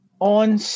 on